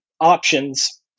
options